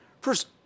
First